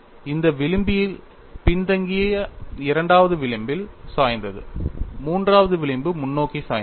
இந்த விளிம்பில் பின்தங்கிய இரண்டாவது விளிம்பில் சாய்ந்து மூன்றாவது விளிம்பு முன்னோக்கி சாய்ந்துள்ளது